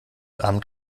amt